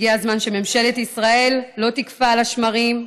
הגיע הזמן שממשלת ישראל לא תקפא על השמרים.